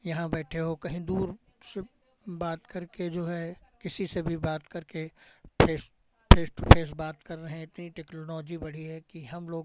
यहाँ बैठे हो कहीं दूर से बात करके जो है किसी से भी बात करके फे़स फ़ेस टू फे़स बात कर रहे हैं इतनी टेक्नोलॉजी बढ़ी है कि हम लोग